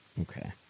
Okay